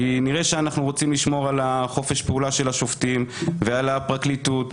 כי נראה שאנחנו רוצים לשמור על חופש הפעולה של השופטים ועל הפרקליטות,